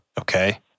okay